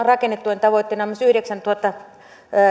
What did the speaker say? rakennetuen tavoitteena on myös yhdeksäntuhatta